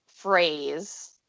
phrase